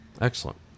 Excellent